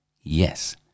Yes